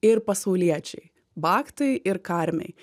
ir pasauliečiai bagtai ir karmiai